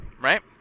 right